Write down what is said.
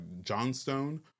Johnstone